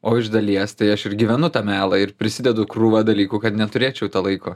o iš dalies tai aš ir gyvenu tą melą ir prisidedu krūvą dalykų kad neturėčiau to laiko